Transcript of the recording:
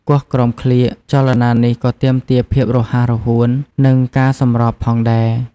គោះក្រោមក្លៀក ចលនានេះក៏ទាមទារភាពរហ័សរហួន និងការសម្របផងដែរ។